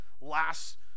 last